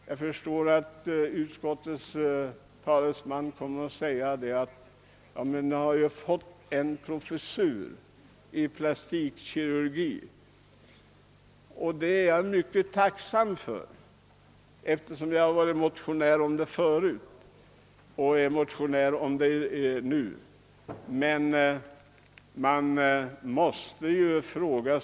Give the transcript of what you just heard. Jag förstår att utskottets talesman kommer att säga att vi ändå fått en ny professur i plastikkirurgi. Jag är mycket tacksam för det, eftersom jag både nu och tidigare motionerat i denna fråga.